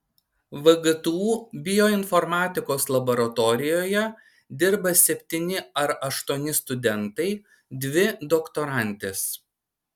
vgtu bioinformatikos laboratorijoje dirba septyni ar aštuoni studentai dvi doktorantės